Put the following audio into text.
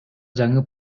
жаңы